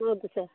ಹೌದು ಸಾ